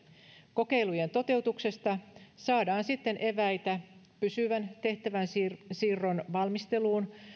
kokeilujen toteutuksesta saadaan sitten eväitä pysyvän tehtävänsiirron valmisteluun